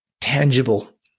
tangible